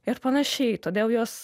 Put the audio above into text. ir panašiai todėl juos